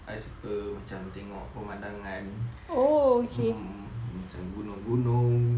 I suka macam tengok permandangan mm macam gunung-gunung